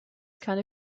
keine